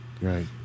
Right